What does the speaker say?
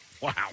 Wow